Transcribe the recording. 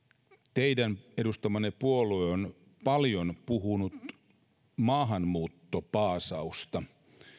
teidän edustamanne puolue on paljon puhunut maahanmuuttopaasausta